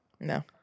No